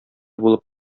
булып